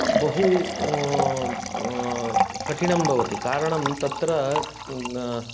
बहु कठिनं भवति कारणं तत्र